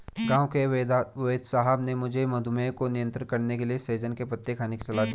गांव के वेदसाहब ने मुझे मधुमेह को नियंत्रण करने के लिए सहजन के पत्ते खाने की सलाह दी है